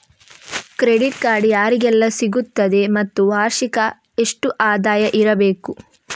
Credit card ಯಾರಿಗೆಲ್ಲ ಸಿಗುತ್ತದೆ ಮತ್ತು ವಾರ್ಷಿಕ ಎಷ್ಟು ಆದಾಯ ಇರಬೇಕು?